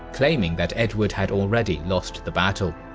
claiming that edward had already lost the battle.